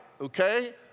okay